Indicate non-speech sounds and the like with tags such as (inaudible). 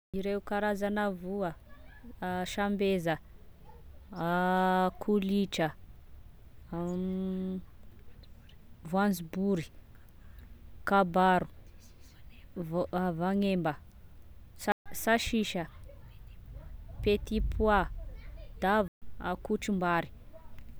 Ireo karazana voa: (hesitation) sambeza, (hesitation) kolitra, (hesitation) voanzobory, kabaro, voa-vagnemba, tsa- sasisa, petipoa, da akotrim-bary.